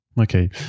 okay